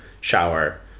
shower